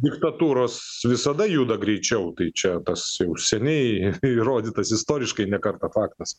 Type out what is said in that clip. diktatūros visada juda greičiau tai čia tas jau seniai įrodytas istoriškai ne kartą faktas